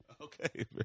Okay